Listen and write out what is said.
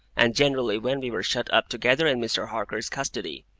and generally when we were shut up together in mr. harker's custody,